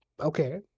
Okay